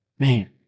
Man